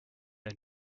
ein